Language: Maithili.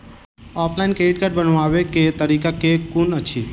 ऑफलाइन क्रेडिट कार्ड बनाबै केँ तरीका केँ कुन अछि?